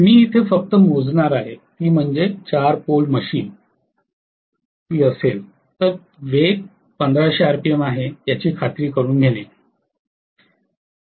मी इथे फक्त मोजणार आहे ती म्हणजे ४ पोल मशीन असेल तर वेग १५०० आरपीएम आहे याची खात्री करून घेणे